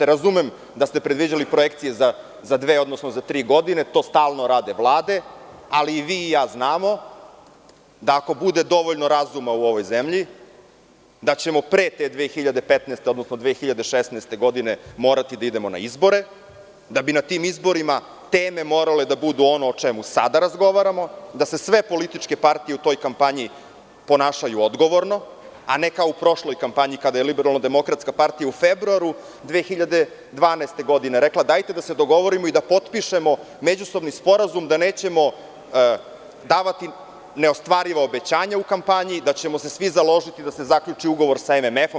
Razumem da ste predviđali projekcije za dve, odnosno za tri godine, to stalno rade vlade, ali i vi i ja znamo da ako bude dovoljno razuma u ovoj zemlji, da ćemo pre te 2015. odnosno 2016. godine morati da idemo na izbore, da bi na tim izborima teme morale da budu ono o čemu sada razgovaramo, da se sve političke partije u toj kampanji ponašaju odgovorno, a ne kao u prošloj kampanji kada je LDP u februaru 2012. godine rekla – dajte da se dogovorimo i da potpišemo međusobni sporazum da nećemo davati neostvariva obećanja u kampanji, da ćemo se svi založiti da se zaključi ugovor sa MMF-om.